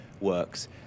works